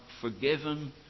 forgiven